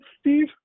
steve